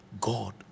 God